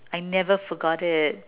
I never forgot it